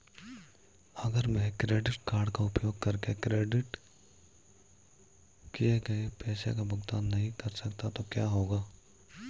अगर मैं credit card का उपयोग करके क्रेडिट किए गए पैसे का भुगतान नहीं कर सकता तो क्या होगा?